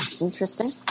Interesting